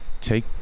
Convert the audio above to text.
take